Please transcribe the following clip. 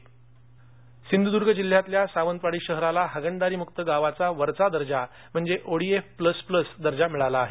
सिंधुदुर्ग सिंधूदूर्ग जिल्ह्यातल्या सावंतवाडी शहराला हागणदारी मुक्त गावाचा वरचा दर्जा म्हणजेच ओडिएफ प्लस प्लस दर्जा मिळाला आहे